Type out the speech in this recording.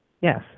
Yes